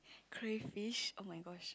crayfish oh-my-gosh